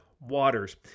waters